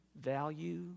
value